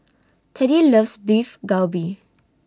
Teddy loves Beef Galbi